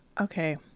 Okay